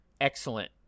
excellent